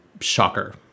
shocker